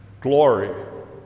glory